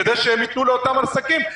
כדי שהם ייתנו לאותם עסקים.